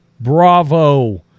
Bravo